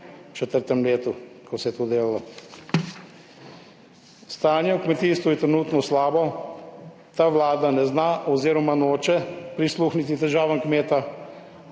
po 2004 letu, ko se je to delalo. Stanje v kmetijstvu je trenutno slabo. Ta vlada ne zna oziroma noče prisluhniti težavam kmeta.